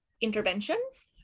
interventions